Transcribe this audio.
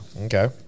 Okay